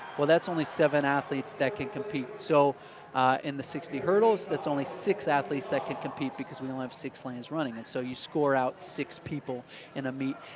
that's only seven athletes that can compete. so in the sixty hurdles, that's only six athletes that can compete because we only have six lanes running and so you score out six people in a meet,